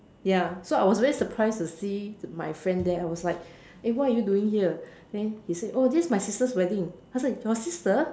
ya so I was very surprised to see my friend there I was like eh what are you doing here then he said oh this is my sister's wedding I was like your sister